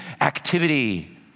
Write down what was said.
activity